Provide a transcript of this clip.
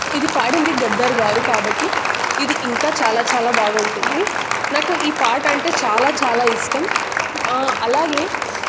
ఇది పాడింది గద్దర్ గారు కాబట్టి ఇది ఇంకా చాలా చాలా బాగుంటుంది నాకు ఈ పాట అంటే చాలా చాలా ఇష్టం అలాగే